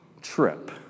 trip